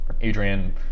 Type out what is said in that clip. Adrian